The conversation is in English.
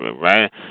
Right